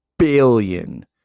billion